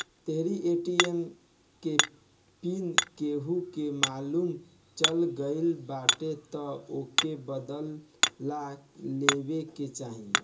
तोहरी ए.टी.एम के पिन केहू के मालुम चल गईल बाटे तअ ओके बदल लेवे के चाही